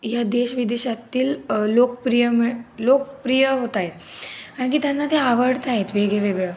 ह्या देशविदेशातील लोकप्रिय मि लोकप्रिय होत आहेत कारण की त्यांना ते आवडत आहेत वेगवेगळं